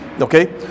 okay